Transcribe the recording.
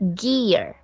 gear